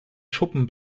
schuppen